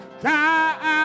time